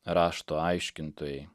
rašto aiškintojai